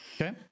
Okay